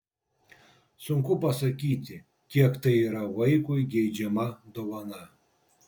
sunku pasakyti kiek tai yra vaikui geidžiama dovana